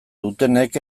dutenek